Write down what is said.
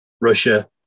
Russia